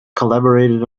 collaborated